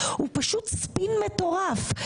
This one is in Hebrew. הוא פשוט ספין מטורף,